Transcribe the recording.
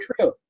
true